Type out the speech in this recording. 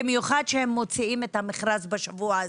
במיוחד כשהם מוציאים את המכרז בשבוע הזה.